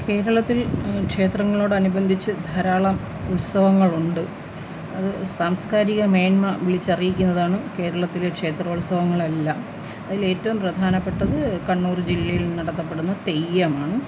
കേരളത്തിൽ ക്ഷേത്രങ്ങളോടനുബന്ധിച്ച് ധാരാളം ഉത്സവങ്ങളുണ്ട് അത് സാംസ്ക്കാരിക മേൻമ വിളിച്ചറിയിക്കുന്നതാണ് കേരളത്തിലെ ക്ഷേത്രോത്സവങ്ങളെല്ലാം അതിൽ ഏറ്റവും പ്രധാനപ്പെട്ടത് കണ്ണൂർ ജില്ലയിൽ നടത്തപ്പെടുന്ന തെയ്യമാണ്